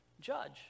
Judge